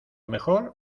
mejor